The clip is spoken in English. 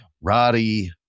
Roddy